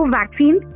vaccine